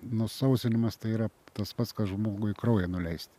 nusausinimas tai yra tas pats kas žmogui kraują nuleist